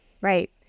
Right